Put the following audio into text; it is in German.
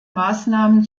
maßnahmen